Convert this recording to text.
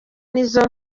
nizo